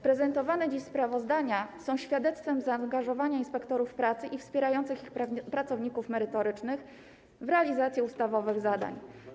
Prezentowane dziś sprawozdania są świadectwem zaangażowania inspektorów pracy i wspierających ich pracowników merytorycznych w realizację ustawowych zadań.